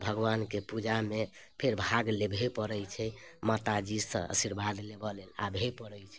भगवानके पूजामे फेर भाग लेबैएके पड़ै छै माताजीसँ आशीर्वाद लेबऽ आबैए पड़ै छै